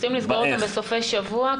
רוצים לסגור אותם בסופי שבוע.